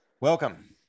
Welcome